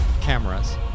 cameras